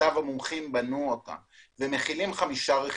מיטב המומחים בנו אותם והם מכילים חמישה רכיבים.